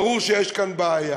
ברור שיש כאן בעיה,